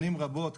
שנים רבות,